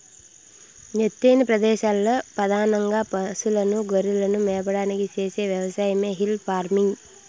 ఎత్తైన ప్రదేశాలలో పధానంగా పసులను, గొర్రెలను మేపడానికి చేసే వ్యవసాయమే హిల్ ఫార్మింగ్